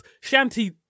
shanty